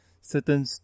certain